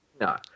No